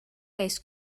ice